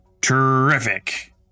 Terrific